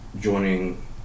joining